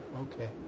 Okay